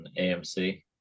AMC